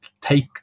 take